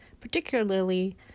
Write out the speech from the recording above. particularly